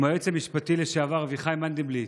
עם היועץ המשפטי לשעבר אביחי מנדלבליט.